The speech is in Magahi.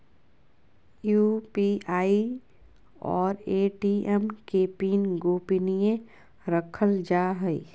यू.पी.आई और ए.टी.एम के पिन गोपनीय रखल जा हइ